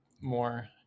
more